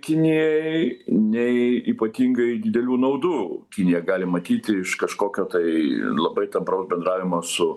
kinijai nei ypatingai didelių naudų kinija gali matyti iš kažkokio tai labai tampraus bendravimo su